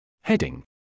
heading